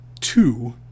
two